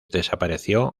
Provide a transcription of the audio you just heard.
desapareció